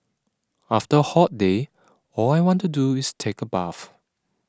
after a hot day all I want to do is take a bath